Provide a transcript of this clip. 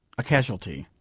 a casuality,